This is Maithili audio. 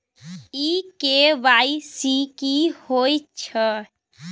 इ के.वाई.सी की होय छै?